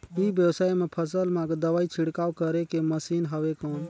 ई व्यवसाय म फसल मा दवाई छिड़काव करे के मशीन हवय कौन?